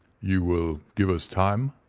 you will give us time,